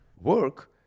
work